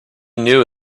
knew